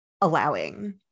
allowing